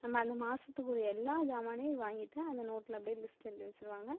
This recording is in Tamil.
நம்ம அந்த மாதத்துக்குரிய எல்லா ஜாமானையும் வாங்கிட்டு அந்த நோட்ல அப்படியே லிஸ்ட்டு எழுதி வச்சிருவாங்க